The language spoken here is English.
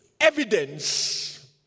evidence